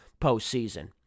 postseason